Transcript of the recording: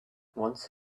once